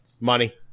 Money